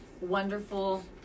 wonderful